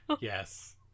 Yes